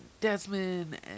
desmond